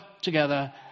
together